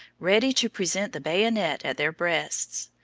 ready to present the bayonet at their breasts.